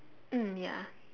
mm ya